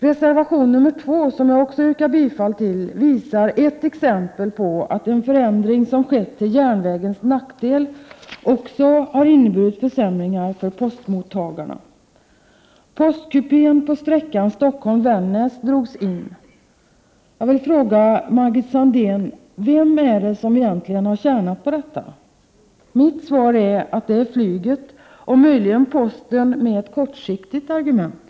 Reservation 2, som jag också yrkar bifall till, visar eft exempel på att en förändring som skett till järnvägens nackdel, också har inneburit försämringar för postmottagarna. Postkupén på sträckan Stockholm-Vännäs drogs in. Vem har egentligen tjänat på detta, Margit Sandéhn? Mitt svar är att det är flyget och möjligen posten med ett kortsiktigt argument.